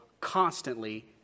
constantly